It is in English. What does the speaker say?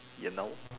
you know